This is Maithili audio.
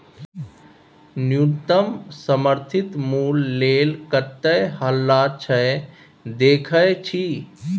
न्युनतम समर्थित मुल्य लेल कतेक हल्ला छै देखय छी